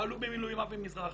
חברים בה האלוף במילואים אבי מזרחי,